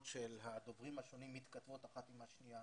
של הדוברים השונים מתכתבות אחת עם השנייה,